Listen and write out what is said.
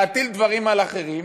להטיל דברים אחרים,